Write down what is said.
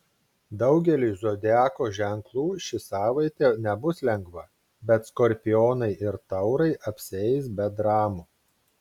daugeliui zodiako ženklų ši savaitė nebus lengva bet skorpionai ir taurai apsieis be dramų